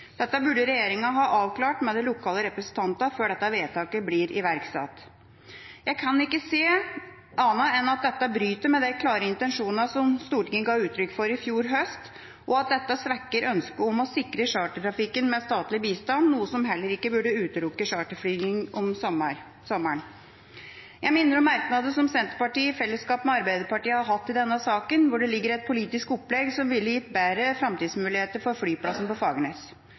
Dette burde regjeringa ha avklart med de lokale representantene før dette vedtaket blir iverksatt. Jeg kan ikke se annet enn at dette bryter med de klare intensjonene som Stortinget ga uttrykk for i fjor høst – og at dette svekker ønsket om å sikre chartertrafikken med statlig bistand, noe som heller ikke burde utelukket charterflyvninger sommerstid. Jeg minner om merknadene som Senterpartiet i fellesskap med Arbeiderpartiet har hatt i denne saken, hvor det ligger et politisk opplegg som ville gitt bedre framtidsmuligheter for flyplassen på